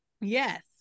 Yes